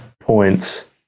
points